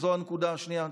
וזו הנקודה השנייה,